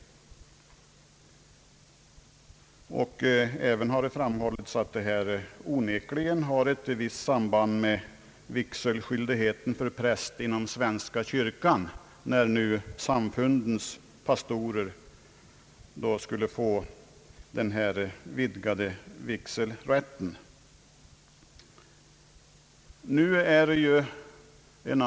Det har även framhållits att det råder ett visst samband med vigselskyldighet för präst inom svenska kyrkan om nu samfundens pastorer skulle få vidgat rätt att förrätta vigsel.